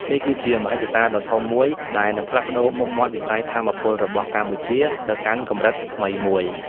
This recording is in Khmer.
នេះគឺជាមហិច្ឆតាដ៏ធំមួយដែលនឹងផ្លាស់ប្ដូរមុខមាត់វិស័យថាមពលរបស់កម្ពុជាទៅកាន់កម្រិតថ្មីមួយ។